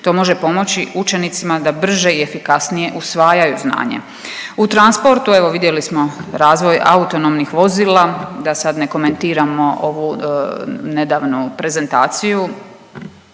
To može pomoći učenicima da brže i efikasnije usvajaju znanje. U transportu, evo vidjeli smo razvoj autonomnih vozila da sad ne komentiramo ovu nedavnu prezentaciju